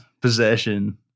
possession